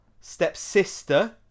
stepsister